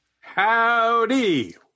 Howdy